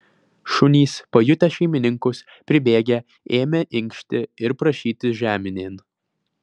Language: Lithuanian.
šunys pajutę šeimininkus pribėgę ėmė inkšti ir prašytis žeminėn